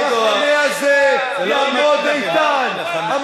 חבר'ה, תגידו, זה לא מתאים לכם.